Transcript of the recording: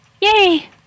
Yay